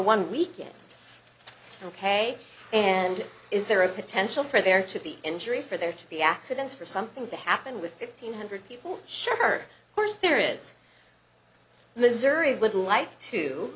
one weekend ok and is there a potential for there to be injury for there to be accidents for something to happen with fifteen hundred people share her course there is missouri would like to